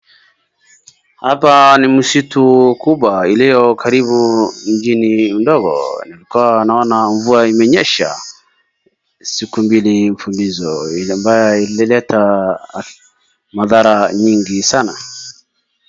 Hapa ni msitu kubwa iliyo karibu nchini udongo. Nilikua naona mvua imenyesha siku mbili mfululizo ile ambayo ilileta madhara nyingi sana.